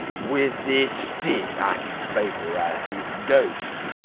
with this stick, i can vaporize this ghost.